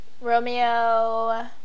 Romeo